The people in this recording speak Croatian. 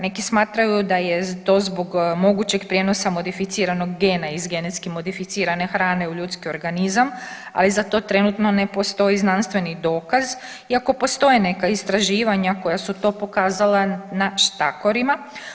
Neki smatraju da je to zbog mogućeg prijenosa modificiranog gena iz genetski modificirane hrane u ljudski organizam, ali za to trenutno ne postoji znanstveni dokaz iako postoje neka istraživanja koja su to pokazala na štakorima.